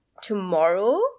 tomorrow